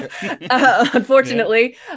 Unfortunately